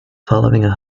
following